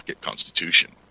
Constitution